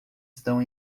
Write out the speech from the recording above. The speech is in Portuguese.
estão